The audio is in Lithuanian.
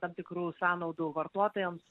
tam tikrų sąnaudų vartotojams